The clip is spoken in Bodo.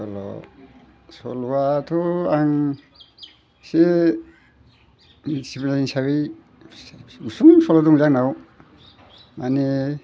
सल'आथ' आं एसे मिन्थिबोनाय हिसाबै गुसुं सल' दं आंनाव माने